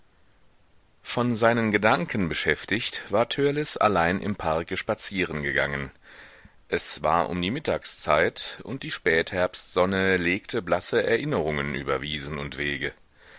von seinen gedanken beschäftigt war törleß allein im parke spazieren gegangen es war um die mittagszeit und die spätherbstsonne legte blasse erinnerungen über wiesen und wege